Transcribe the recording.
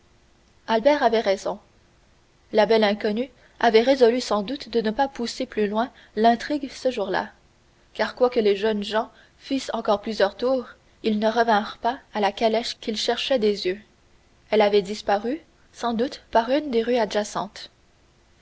albert avait raison la belle inconnue avait résolu sans doute de ne pas pousser plus loin l'intrigue ce jour-là car quoique les jeunes gens fissent encore plusieurs tours ils ne revirent pas la calèche qu'ils cherchaient des yeux elle avait disparu sans doute par une des rues adjacentes